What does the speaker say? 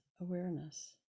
awareness